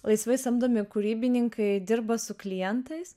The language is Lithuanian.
laisvai samdomi kūrybininkai dirba su klientais